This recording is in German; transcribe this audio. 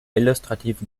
illustrativen